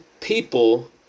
people